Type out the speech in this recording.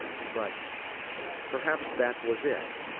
but perhaps that was it,